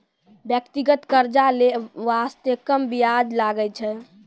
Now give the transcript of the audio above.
व्यक्तिगत कर्जा लै बासते कम बियाज लागै छै